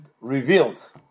revealed